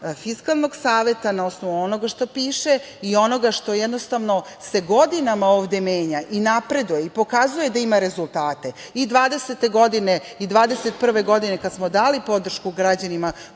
Fiskalnog saveta na osnovu onoga što piše i onoga što jednostavno se godinama ovde menja i napreduje i pokazuje da ima rezultate i 2020. i 2021. godine, kada smo dali podršku građanima